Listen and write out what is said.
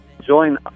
join